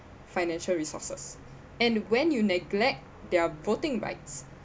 financial resources and when you neglect their voting rights